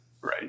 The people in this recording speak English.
Right